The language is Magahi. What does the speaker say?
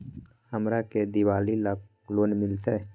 हमरा के दिवाली ला लोन मिलते?